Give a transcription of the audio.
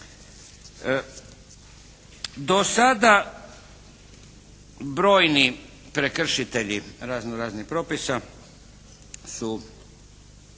Do sada brojni prekršitelji razno raznih propisa su